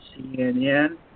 CNN